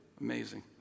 Amazing